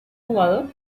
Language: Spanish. jugador